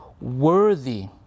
worthy